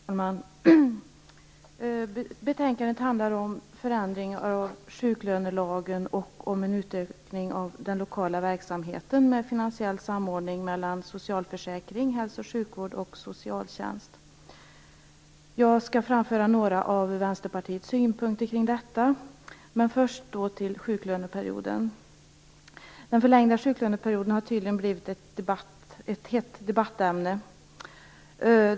Fru talman! Betänkandet handlar om förändring av sjuklönelagen och om en utökning av den lokala verksamheten, med finansiell samordning mellan socialförsäkring, hälso och sjukvård och socialtjänst. Jag skall framföra några av Vänsterpartiets synpunkter kring detta. Men först till sjuklöneperioden. Den förlängda sjuklöneperioden har tydligen blivit ett hett debattämne.